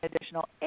additional